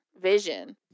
vision